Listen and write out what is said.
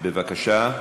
בבקשה.